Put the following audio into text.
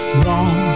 wrong